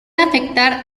afectar